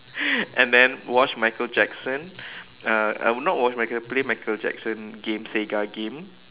and then watch Michael Jackson uh uh not watch Michael Jackson play Michael Jackson game Sega game